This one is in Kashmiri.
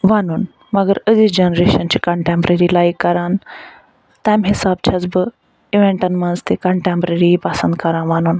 وَنُن مگر أزِچ جَنریشَن چھِ کَنٹیٚمپریٚری لایک کران تمہ حساب چھَس بہٕ اِوینٹَن مَنٛز تہِ کَنٹیٚمپریٚری پَسَنٛد کَران وَنُن